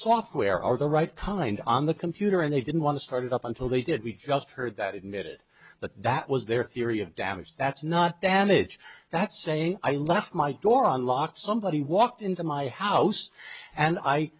software are the right kind on the computer and they didn't want to start it up until they did we just heard that in it but that was their theory of damage that's not damage that's saying i left my door unlocked somebody walked into my